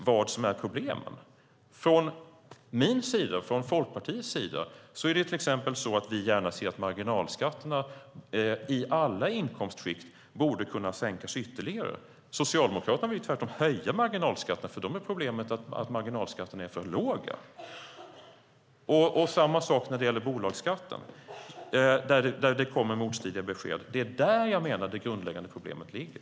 Vi i Folkpartiet ser till exempel gärna att marginalskatterna i alla inkomstskikt sänks ytterligare. Socialdemokraterna vill tvärtom höja marginalskatterna. För dem är problemet att marginalskatterna är för låga, och det är samma sak när det gäller bolagsskatten där det kommer motstridiga besked. Det är där jag menar att det grundläggande problemet ligger.